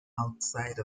outside